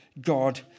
God